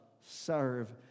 serve